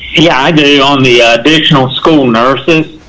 yeah, i do on the additional school nurses.